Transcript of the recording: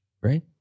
right